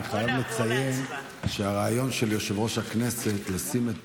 אני חייב לציין שהרעיון של יושב-ראש הכנסת לשים את